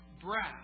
breath